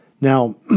Now